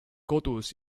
kodus